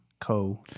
co